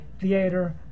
theater